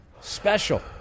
special